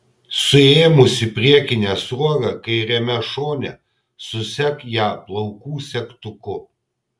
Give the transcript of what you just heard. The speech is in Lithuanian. suėmusi priekinę sruogą kairiame šone susek ją plaukų segtuku